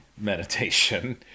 meditation